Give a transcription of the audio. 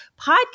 podcast